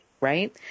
right